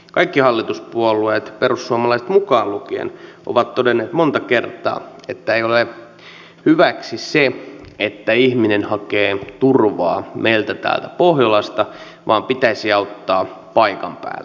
kaikki hallituspuolueet perussuomalaiset mukaan lukien ovat todenneet monta kertaa että ei ole syväksi se että ihminen hakee turvaa meiltä täältä pohjolasta vaan pitäisi auttaa paikan päällä